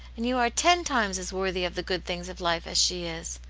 and you are ten times as worthy of the good things of life as she is.